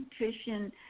nutrition